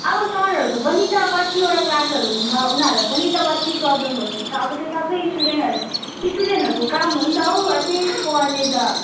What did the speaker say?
अब सरहरूको पनि त कत्तिवटा क्लासहरू हुन्छ उनीहरूलाई पनि त कत्ति प्रब्लमहरू हुन्छ अब त्यो सबै स्टुडेन्टहरू स्टुडेन्टहरूको काम हो नि त हो आचै पढ्ने त